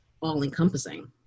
all-encompassing